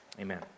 amen